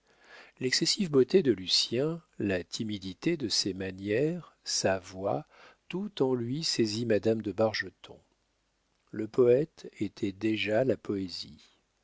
l'excessive beauté de lucien la timidité de ses manières sa voix tout en lui saisit madame de bargeton le poète était déjà la poésie